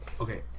Okay